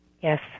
Yes